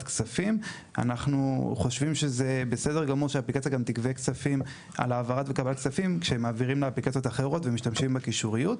כספים אנחנו חושבים שזה בסדר גמור לגבות כספים כדי להשתמש בקישוריות.